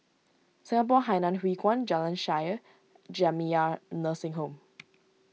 Singapore Hainan Hwee Kuan Jalan Shaer Jamiyah Nursing Home